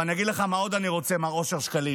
אבל אני אגיד לך מה עוד אני רוצה, מר אושר שקלים,